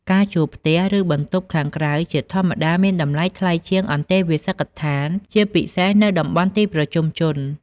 ការជួលផ្ទះ ឬបន្ទប់ខាងក្រៅជាធម្មតាមានតម្លៃថ្លៃជាងអន្តេវាសិកដ្ឋាន ជាពិសេសនៅតំបន់ទីប្រជុំជន។